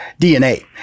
DNA